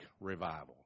Revival